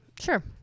Sure